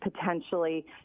potentially